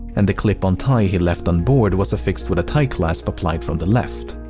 and the clip-on tie he left onboard was affixed with a tie clasp applied from the left.